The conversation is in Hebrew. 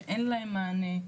שאין להם מענה,